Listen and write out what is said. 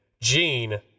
Gene